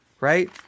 right